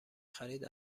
خرید